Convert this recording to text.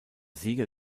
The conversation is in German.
sieger